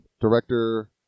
director